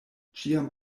ĉiam